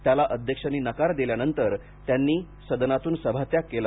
त्याला अध्यक्षांनी नकार दिल्यावर त्यांनी सदनातून सभात्याग केला